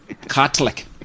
Catholic